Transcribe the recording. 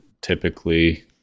typically